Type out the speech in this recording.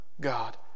God